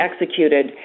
executed